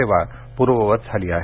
सेवा पूर्ववत झाली आहे